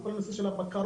וכל נושא הבקרות,